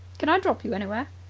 can i drop you anywhere?